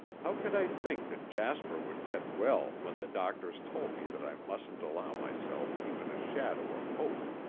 how could i think that jasper would get well when the doctors told me that i mustn't allow myself even a shadow of hope!